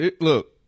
Look